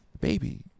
baby